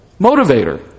motivator